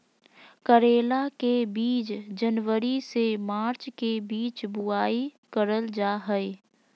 करेला के बीज जनवरी से मार्च के बीच बुआई करल जा हय